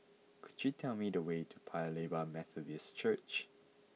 could you tell me the way to Paya Lebar Methodist Church